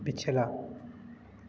पिछला